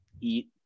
eat